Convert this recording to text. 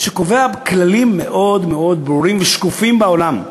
קובע כללים מאוד ברורים ושקופים בעולם.